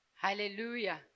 Hallelujah